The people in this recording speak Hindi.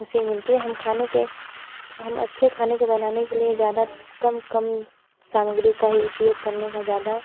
ख़ुशी मिलती है हम खाने के हम अच्छे खाने को बनाने के लिए ज़्यादा कम कम सामग्री का ही उपयोग करने का ज़्यादा